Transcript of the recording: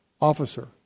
officer